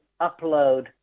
upload